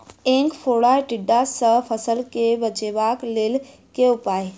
ऐंख फोड़ा टिड्डा सँ फसल केँ बचेबाक लेल केँ उपाय?